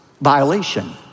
violation